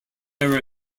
error